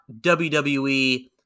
WWE